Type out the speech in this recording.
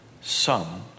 son